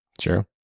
Sure